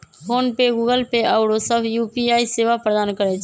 PhonePe, Google Pay आउरो सभ UPI सेवा प्रदान करै छै